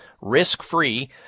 risk-free